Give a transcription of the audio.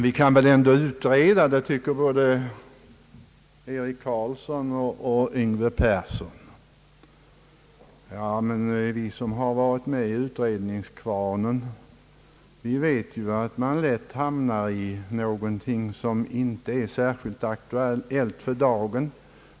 Vi kan väl ändå utreda, tycker både herr Eric Carlsson och herr Yngve Persson. Men vi som har varit med i utredningskvarnen vet att man lätt hamnar i någonting som inte är särskilt aktuellt för dagen.